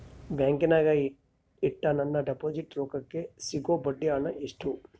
ಬ್ಯಾಂಕಿನಾಗ ಇಟ್ಟ ನನ್ನ ಡಿಪಾಸಿಟ್ ರೊಕ್ಕಕ್ಕೆ ಸಿಗೋ ಬಡ್ಡಿ ಹಣ ಎಷ್ಟು?